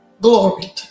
Glory